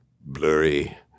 blurry